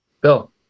Bill